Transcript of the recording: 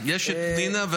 --- הינה פנינה.